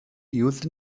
used